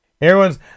Everyone's